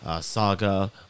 saga